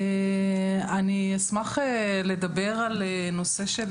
אני אשמח לדבר על נושא של,